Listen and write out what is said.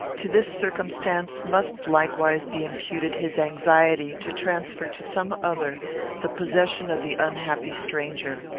to this circumstance must likewise be imputed his anxiety to transfer to some other the possession of the unhappy stranger.